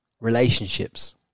relationships